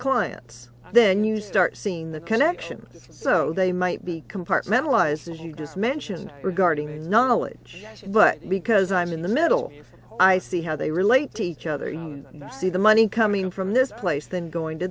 clients then you start seeing the connection so they might be compartmentalizes you just mentioned regarding their knowledge but because i'm in the middle i see how they relate to each other you see the money coming from this place then going to